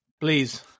Please